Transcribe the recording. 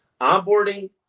onboarding